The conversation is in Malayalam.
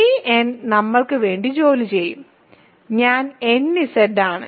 ഈ n നമ്മൾക്ക് വേണ്ടി ജോലി ചെയ്യും ഞാൻ nZ ആണ്